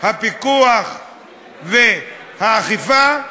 הפיקוח והאכיפה?